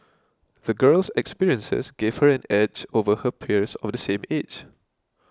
the girl's experiences gave her an edge over her peers of the same age